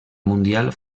mundial